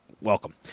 Welcome